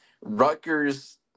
Rutgers